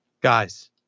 guys